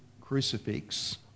crucifix